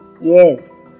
Yes